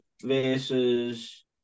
versus